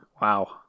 Wow